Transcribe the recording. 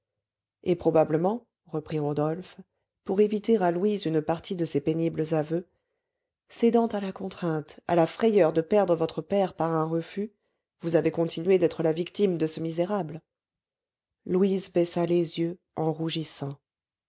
et probablement reprit rodolphe pour éviter à louise une partie de ces pénibles aveux cédant à la contrainte à la frayeur de perdre votre père par un refus vous avez continué d'être la victime de ce misérable louise baissa les yeux en rougissant